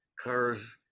cars